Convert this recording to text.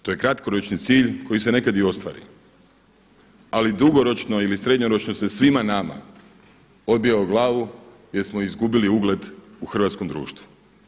To je kratkoročni cilj koji se nekad i ostvari, ali dugoročno ili srednjoročno se svima nama obija u glavu jer smo izgubili ugled u hrvatskom društvu.